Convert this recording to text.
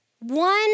one